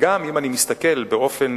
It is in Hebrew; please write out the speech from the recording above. אם אני מסתכל באופן